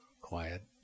Quiet